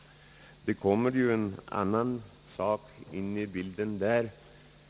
Det kommer här en annan sak in i bilden.